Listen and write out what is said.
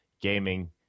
gaming